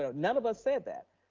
ah none of us said that.